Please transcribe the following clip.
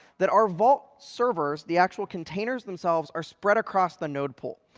that our vault servers the actual containers themselves are spread across the node pool.